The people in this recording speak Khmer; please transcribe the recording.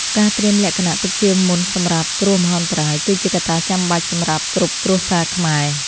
ការត្រៀមលក្ខណៈទុកជាមុនសម្រាប់គ្រោះមហន្តរាយគឺជាកត្តាចាំបាច់សម្រាប់គ្រប់គ្រួសារខ្មែរ។